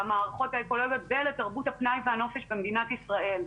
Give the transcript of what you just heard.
למערכות האקולוגיות ולתרבות הפנאי והנופש במדינת ישראל.